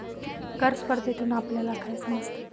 कर स्पर्धेतून आपल्याला काय समजते?